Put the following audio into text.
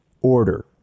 order